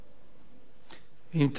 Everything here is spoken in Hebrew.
אם תדבר יותר קצר, זה יהיה,